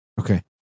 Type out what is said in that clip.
Okay